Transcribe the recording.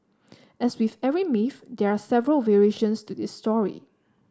as with every myth there are several variations to this story